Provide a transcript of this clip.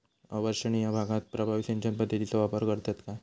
अवर्षणिय भागात प्रभावी सिंचन पद्धतीचो वापर करतत काय?